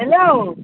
hello